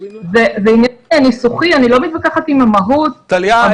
בעניין הניסוחי אני לא מתווכחת עם המהות --- טליה,